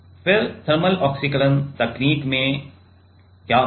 तो फिर थर्मल ऑक्सीकरण तकनीक में क्या होगा